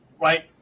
right